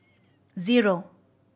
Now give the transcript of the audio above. zero